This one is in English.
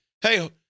hey